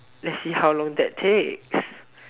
let's see how long that take